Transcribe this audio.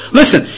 listen